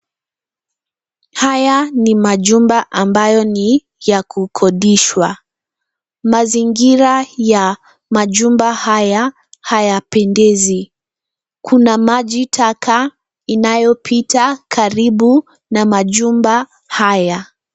Haya ni majumba ambayo ni ya kukodishwa. Mazingira ya majumba haya hayapendezi. Kuna majitaka inayopita karibu na majumba haya.